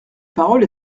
parole